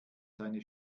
seine